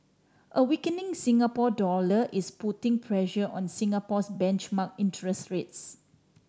a weakening Singapore dollar is putting pressure on Singapore's benchmark interest rates